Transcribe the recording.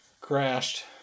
crashed